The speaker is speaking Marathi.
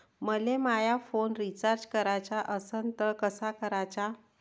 मले माया फोन रिचार्ज कराचा असन तर कसा कराचा?